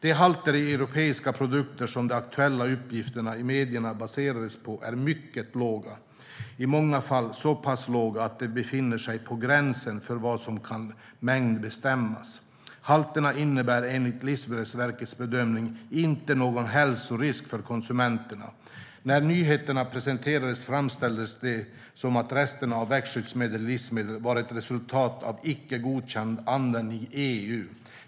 De halter i europeiska produkter som de aktuella uppgifterna i medierna baseras på är mycket låga, i många fall så pass låga att de befinner sig på gränsen för vad som kan mängdbestämmas. Halterna innebär enligt Livsmedelsverkets bedömning inte någon hälsorisk för konsumenterna. När nyheten presenterades framställdes det som att resterna av växtskyddsmedel i livsmedel var ett resultat av icke-godkänd användning i EU.